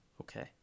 okay